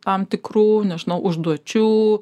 tam tikrų nežinau užduočių